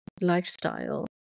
lifestyle